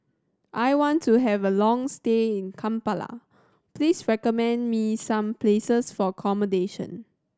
I want to have a long stay in Kampala please recommend me some places for accommodation